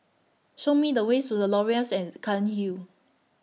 Show Me The ways to The Laurels At Cairnhill